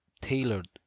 tailored